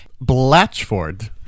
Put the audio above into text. Blatchford